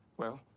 well